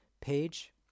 page